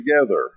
together